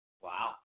Wow